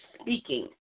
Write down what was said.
speaking